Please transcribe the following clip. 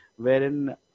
wherein